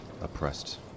oppressed